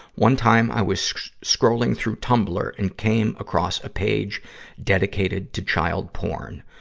one time, i was scrolling through tumblr and came across a page dedicated to child porn.